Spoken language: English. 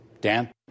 Dan